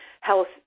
health